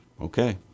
okay